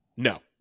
No